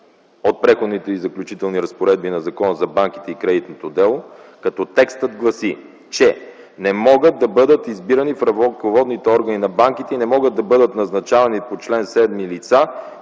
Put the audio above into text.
от Преходните и заключителните разпоредби на Закона за банките и кредитното дело, като текстът гласи, че: „Не могат да бъдат избирани в ръководните органи на банките и не могат да бъдат назначавани по чл. 7 лица,